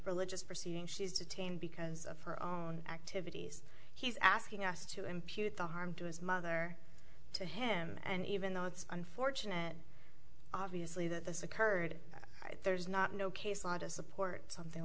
religious proceedings she's detained because of her own activities he's asking us to impute the harm to his mother to him and even though it's unfortunate obviously that this occurred there's not no case law to support something